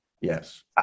Yes